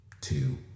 two